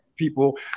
people